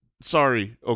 Sorry